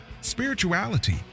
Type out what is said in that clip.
spirituality